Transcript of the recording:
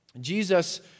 Jesus